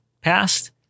past